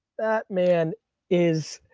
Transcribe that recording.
that man is.